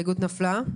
ההסתייגות נפלה.